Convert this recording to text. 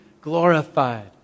glorified